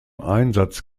einsatz